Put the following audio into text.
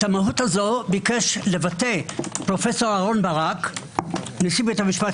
את המהות הזו ביקש לבטא פרופ' אהרן ברק נשיא בית המשפט